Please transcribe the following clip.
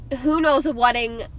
who-knows-a-wedding